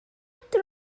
meindio